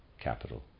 capital